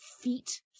feet